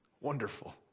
Wonderful